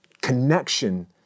connection